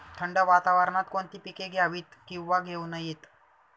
थंड वातावरणात कोणती पिके घ्यावीत? किंवा घेऊ नयेत?